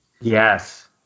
Yes